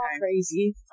crazy